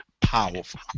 powerful